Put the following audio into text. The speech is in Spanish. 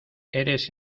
eres